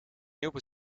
nieuwe